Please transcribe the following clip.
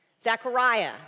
Zechariah